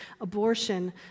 abortion